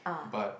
but